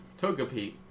Togepi